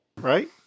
right